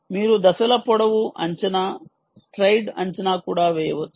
మీరు దశల పొడవు అంచనా స్ట్రైడ్ అంచనా కూడా చేయవచ్చు